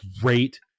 great